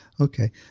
okay